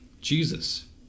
Jesus